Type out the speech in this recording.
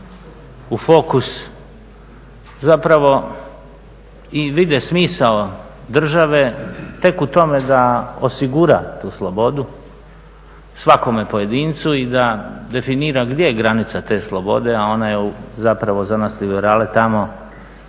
u fokus zapravo i vide smisao države tek u tome da osigura tu slobodu svakome pojedincu i da definira gdje je granica te slobode a ona je zapravo za nas liberale tamo